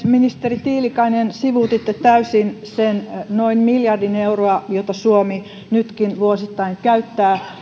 ministeri tiilikainen sivuutitte täysin sen noin miljardi euroa jonka suomi nytkin vuosittain käyttää